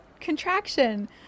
contraction